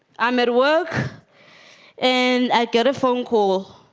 um network and i get a phone call